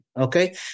Okay